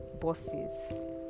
bosses